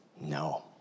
no